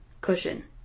Cushion